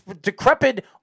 decrepit